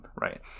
right